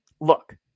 look